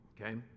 Okay